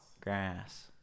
grass